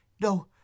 No